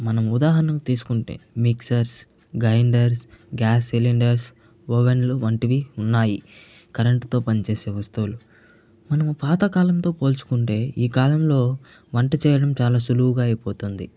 మనము ఉదాహరణకు తీసుకుంటే మిక్సర్స్ గైండర్స్ గ్యాస్ సిలిండర్స్ ఓవెన్లు వంటివి ఉన్నాయి కరెంటుతో పనిచేసే వస్తువులు మనము పాతకాలంతో పోల్చుకుంటే ఈ కాలంలో వంట చేయటం చాలా సులువుగా అయిపోతుంది